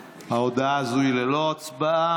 ההודעה הזו היא ללא הצבעה.